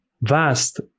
vast